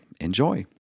Enjoy